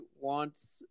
wants